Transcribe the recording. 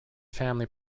family